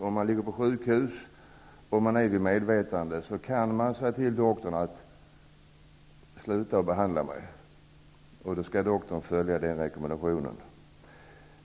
Om jag ligger på sjukhus och är vid medvetande kan jag, såvitt jag förstår, säga till doktorn att han skall sluta att behandla mig, och då skall doktorn följa den rekommendationen.